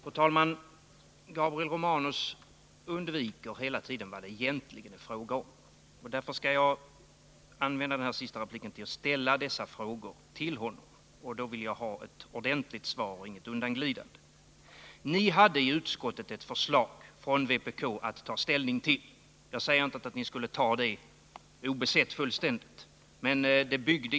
Fru talman! Gabriel Romanus undviker hela tiden att beröra vad det egentligen är fråga om. Därför skall jag använda min sista replik till att ställa frågor till honom. Då vill jag har ordentliga svar, inget undanglidande. Ni hade i utskottet ett förslag från vpk att ta ställning till. Jag säger inte att ni skulle ta det obesett eller att ni skulle ta det fullständigt.